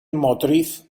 motriz